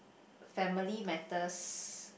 family matters